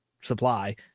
supply